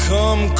Come